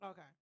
Okay